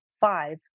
five